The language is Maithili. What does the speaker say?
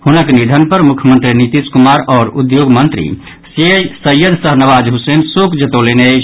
हुनक निधन पर मुख्यमंत्री नीतीश कुमार आओर उद्योग मंत्री सैयद शाहनवाज हुसैन शोक जतौलनि अछि